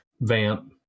vamp